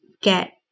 get